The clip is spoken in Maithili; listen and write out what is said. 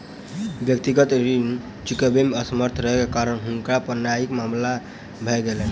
व्यक्तिगत ऋण चुकबै मे असमर्थ रहै के कारण हुनका पर न्यायिक मामला भ गेलैन